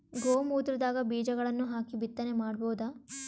ಗೋ ಮೂತ್ರದಾಗ ಬೀಜಗಳನ್ನು ಹಾಕಿ ಬಿತ್ತನೆ ಮಾಡಬೋದ?